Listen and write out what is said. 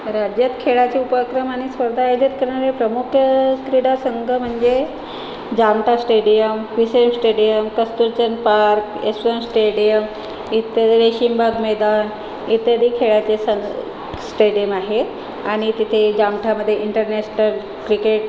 राज्यात खेळाचे उपक्रम आणि स्पर्धा आयोजित करणारे प्रमुख क्रीडा संघ म्हणजे Jamtha stadium crescent stadium Kasturchand park Yashwant stadium इत्यादी रेशीमबाग मैदान इत्यादी खेळाचे सं स्टेडियम आहे आणि तिथे जामठामध्ये इंटरनॅशनल क्रिकेट